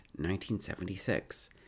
1976